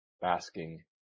basking